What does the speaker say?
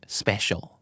special